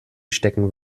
stecken